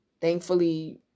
thankfully